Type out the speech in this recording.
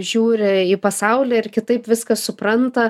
žiūri į pasaulį ir kitaip viską supranta